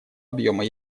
объема